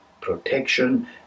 protection